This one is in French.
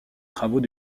travaux